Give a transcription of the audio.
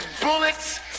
bullets